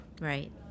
Right